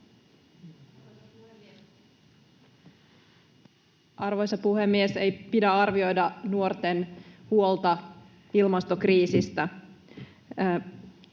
Arvoisa puhemies! Ei pidä aliarvioida nuorten huolta ilmastokriisistä.